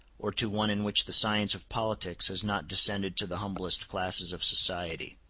or to one in which the science of politics has not descended to the humblest classes of society.